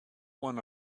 one